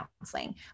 counseling